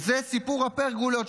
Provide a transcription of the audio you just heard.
זה סיפור הפרגולות,